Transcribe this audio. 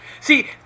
See